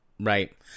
Right